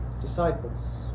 disciples